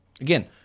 Again